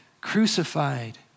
crucified